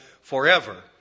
forever